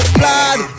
blood